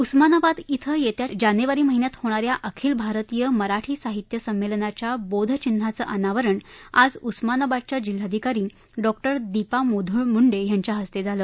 उस्मानाबाद क्वें येत्या जानेवारी महिन्यात होणाऱ्या अखिल भारतीय मराठी साहित्य संमेलनाच्या बोधचिन्हाचं अनावरण आज उस्मानाबादच्या जिल्हाधिकारी डॉक्टर दीपा मधोळ मृंडे यांच्या हस्ते झालं